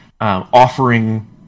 offering